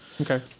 Okay